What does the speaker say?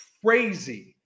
crazy